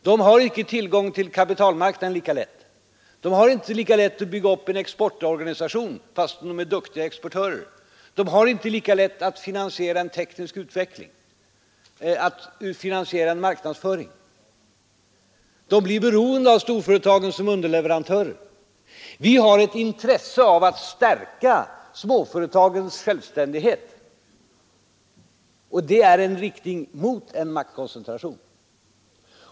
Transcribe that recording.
De har inte lika lätt tillgång till kapitalmarknaden, de har inte lika lätt att bygga upp en exportorganisation fastän de är duktiga exportörer, de har inte lika lätt att finansiera en teknisk utveckling eller en marknadsföring, de blir beroende av storföretagen såsom underleverantörer. Vi har ett intresse av att stärka småföretagens självständighet, vilket motverkar en maktkoncentration.